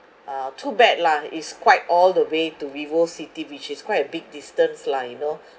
uh too bad lah it's quite all the way to vivocity which is quite a big distance lah you know